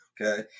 okay